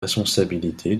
responsabilité